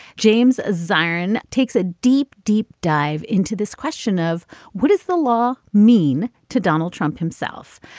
james zion takes a deep deep dive into this question of what does the law mean to donald trump himself.